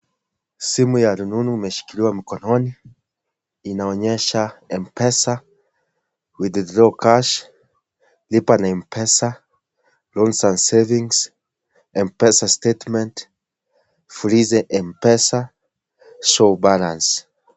Simu ya rununu imeshikiliwa mkononi, inaonyesha M-Pesa, withdraw cash , lipa na M-Pesa, loans and savings M-pesa statement Fuliza M-Pesa, show balance .